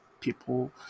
people